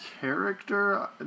character